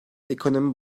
ekonomi